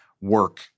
work